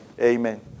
Amen